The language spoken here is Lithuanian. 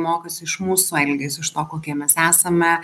mokosi iš mūsų elgesio iš to kokie mes esame